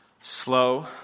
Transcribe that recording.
slow